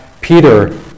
Peter